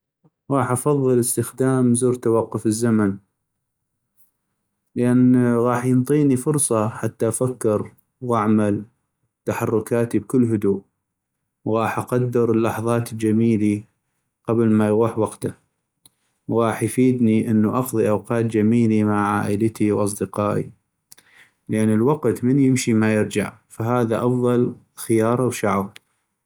غاح أفضل استخدم زر توقف الزمن ، لان غاح ينطيني فرصة حتى افكر و اعمل تحركاتي بكل هدوء وغاح اقدر اللحظات الجميلي قبل ما يغوح وقته ، وغاح يفيدني انو اقضي اوقات جميلي مع عائلتي واصدقائي ، لأن الوقت من يمشي ما يرجع ، فهذا أفضل خيار اغشعو